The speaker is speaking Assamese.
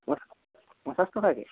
প পঞ্চাছ টকাকৈ